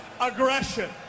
aggression